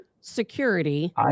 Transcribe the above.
security